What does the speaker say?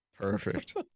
perfect